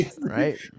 Right